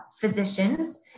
physicians